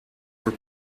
were